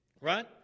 Right